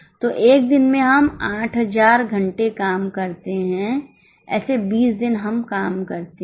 तो 1 दिन में हम 8000 घंटे काम करते हैं ऐसे 20 दिन हम काम करते हैं